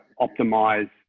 optimize